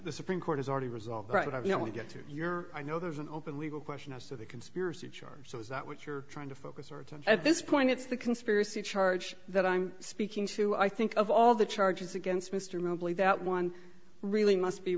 the supreme court is already resolved right i mean we get to your i know there's an open legal question as to the conspiracy charge so is that what you're trying to focus or to at this point it's the conspiracy charge that i'm speaking to i think of all the charges against mr mobley that one really must be